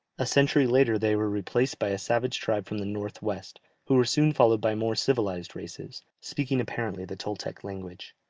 a century later they were replaced by a savage tribe from the north-west, who were soon followed by more civilized races, speaking apparently the toltec language.